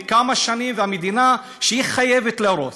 זה כמה שנים, והמדינה חייבת להרוס,